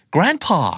Grandpa